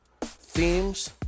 themes